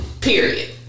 period